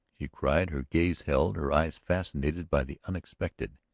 she cried, her gaze held, her eyes fascinated by the unexpected.